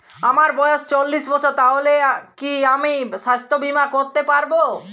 আমার বয়স চল্লিশ বছর তাহলে কি আমি সাস্থ্য বীমা করতে পারবো?